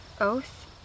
Oath